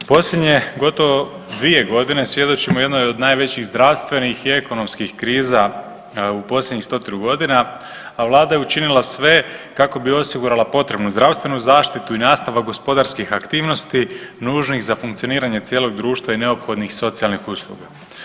U posljednje gotovo dvije godine svjedočimo jednoj od najvećih zdravstvenih i ekonomskih kriza u posljednjih stotinu godina, a vlada je učinila sve kako bi osigurala potrebnu zdravstvenu zaštitu i nastavak gospodarskih aktivnosti nužnih za funkcioniranje cijelog društva i neophodnih socijalnih usluga.